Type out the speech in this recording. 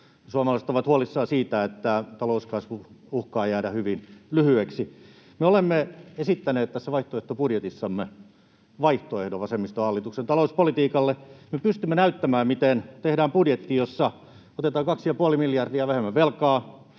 suomalaiset ovat huolissaan siitä, että talouskasvu uhkaa jäädä hyvin lyhyeksi. Me olemme esittäneet vaihtoehtobudjetissamme vaihtoehdon vasemmistohallituksen talouspolitiikalle. Me pystymme näyttämään, miten tehdään budjetti, jossa otetaan 2,5 miljardia vähemmän velkaa,